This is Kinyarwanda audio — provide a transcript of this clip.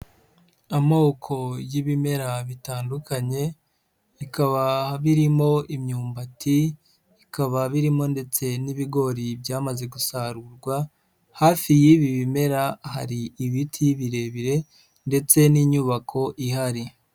Amoko y'ibimera bitandukanye bikaba birimo imyumbati bikaba birimo ndetse n'ibigori byamaze gusarurwa, hafi y'ibi bimera hari ibiti birebire ndetse n'inyubako ihari.